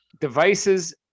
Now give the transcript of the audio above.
devices